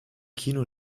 kino